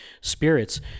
spirits